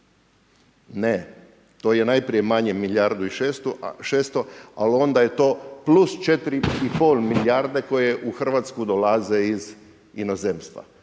Ne. To je najprije manje milijardu i 600 ali onda je to plus 4,5 milijarde koje u Hrvatsku dolaze iz inozemstva.